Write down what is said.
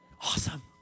awesome